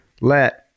let